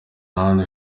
ahandi